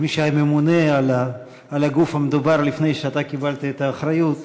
כמי שהיה ממונה על הגוף המדובר לפני שאתה קיבלת את האחריות,